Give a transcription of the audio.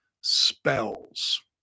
spells